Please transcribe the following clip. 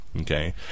okay